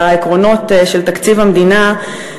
והעקרונות של תקציב המדינה,